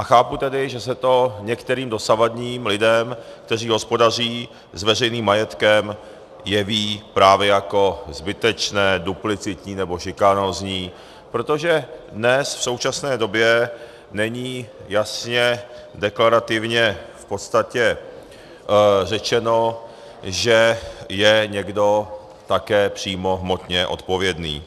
Chápu tedy, že se to tedy některým dosavadním lidem, kteří hospodaří s veřejným majetkem, jeví právě jako zbytečné, duplicitní nebo šikanózní, protože dnes v současné době není jasně deklarativně v podstatě řečeno, že je někdo také přímo hmotně odpovědný.